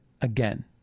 again